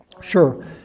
Sure